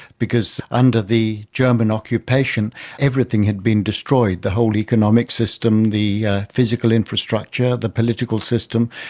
because under the german occupation everything had been destroyed the whole economic system, the physical infrastructure, the political system.